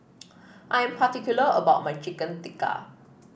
I am particular about my Chicken Tikka